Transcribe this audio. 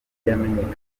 yamenyekanye